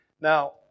Now